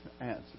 answer